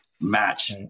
match